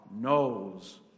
knows